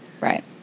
Right